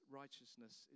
righteousness